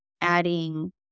adding